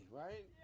right